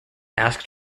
asked